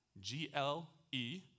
G-L-E